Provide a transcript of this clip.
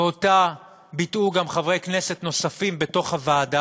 ואותה ביטאו גם חברי כנסת נוספים בוועדה,